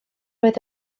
oedd